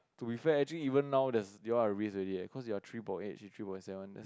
to be fair actually even now there's you'll at risk already eh cause you are three point eight she three point seven